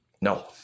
No